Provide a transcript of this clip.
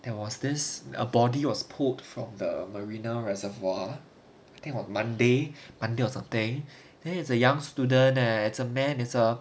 there was this a body was pulled from the marina reservoir on monday monday or something then it's a young student leh it's a man is a